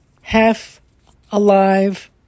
half-alive